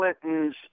Clinton's